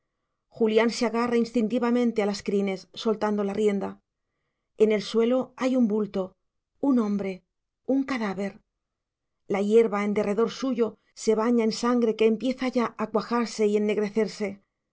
julián se agarra instintivamente a las crines soltando la rienda en el suelo hay un bulto un hombre un cadáver la hierba en derredor suyo se baña en sangre que empieza ya a cuajarse y